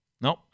Nope